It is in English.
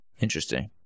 interesting